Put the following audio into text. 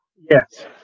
Yes